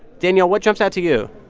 danielle, what jumps out to you?